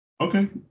Okay